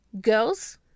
Girls